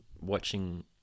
watching